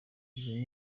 iri